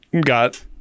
got